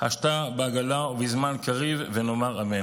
השתא בעגלא ובזמן קריב ונאמר אמן.